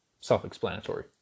self-explanatory